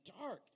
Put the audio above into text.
dark